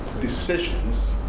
decisions